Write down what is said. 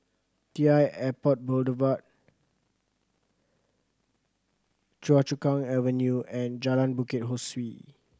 T I Airport Boulevard Choa Chu Kang Avenue and Jalan Bukit Ho Swee